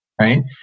right